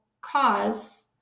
cause